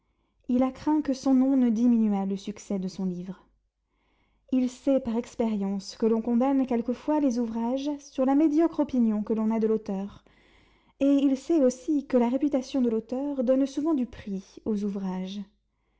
il a craint que son nom ne diminuât le succès de son livre il sait par expérience que l'on condamne quelquefois les ouvrages sur la médiocre opinion qu'on a de l'auteur et il sait aussi que la réputation de l'auteur donne souvent du prix aux ouvrages